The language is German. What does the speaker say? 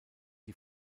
die